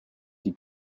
die